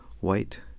white